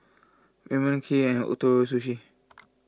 Ramen Kheer and Ootoro Sushi